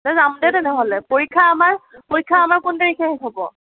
দে যাম দে তেনেহ'লে পৰীক্ষা আমাৰ পৰীক্ষা আমাৰ কোন তাৰিখে শেষ হ'ব